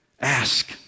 ask